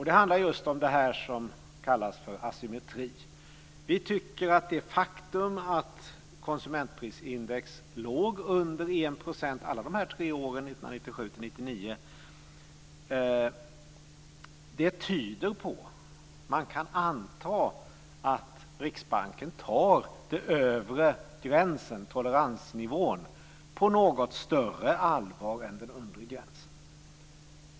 Det handlar just om det som kallas för asymmetri. Vi tycker att det faktum att konsumentprisindex låg under 1 % åren 1997-1999 tyder på att Riksbanken tar den övre gränsen - det gäller toleransnivån - på något större allvar än den undre gränsen.